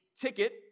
ticket